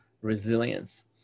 resilience